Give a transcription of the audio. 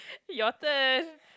your turn